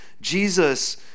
Jesus